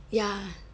ya